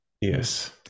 Yes